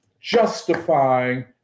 justifying